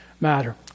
matter